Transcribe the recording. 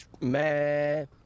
man